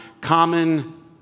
common